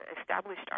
established